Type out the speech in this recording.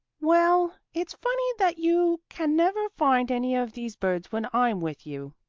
well, it's funny that you can never find any of these birds when i'm with you,